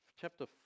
chapter